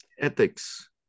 ethics